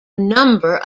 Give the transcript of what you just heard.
number